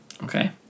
Okay